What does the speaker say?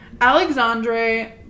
Alexandre